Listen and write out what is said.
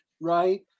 right